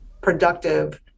productive